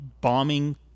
bombing